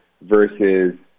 versus